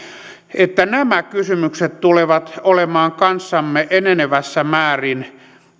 että nämä kysymykset tulevat olemaan kanssamme enenevässä määrin